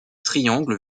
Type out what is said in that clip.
triangles